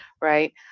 right